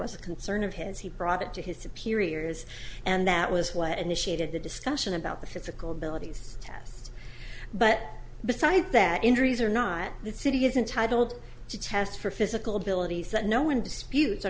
was a concern of his he brought it to his superiors and that was what initiated the discussion about the physical abilities test but besides that injuries are not the city is intitled to test for physical abilities that no one dispute